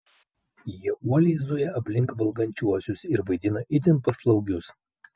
jie uoliai zuja aplink valgančiuosius ir vaidina itin paslaugius